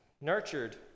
nurtured